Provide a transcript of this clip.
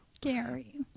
Gary